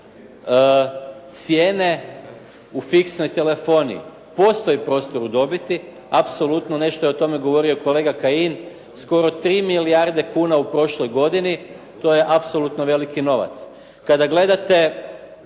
cijene u fiksnoj telefoniji, postoji prostor u dobiti, apsolutno nešto je o tome govorio kolega Kajin, skoro 3 milijarde kuna u prošloj godini, to je apsolutno veliki novac.